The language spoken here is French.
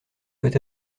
peut